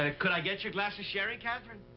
ah could i get you a glass of sherry, katherine?